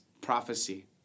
prophecy